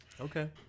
okay